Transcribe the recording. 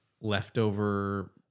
leftover